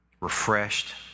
refreshed